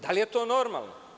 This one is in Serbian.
Da li je to normalno?